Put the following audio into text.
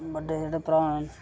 बड्डे जेह्ड़े भ्राऽ न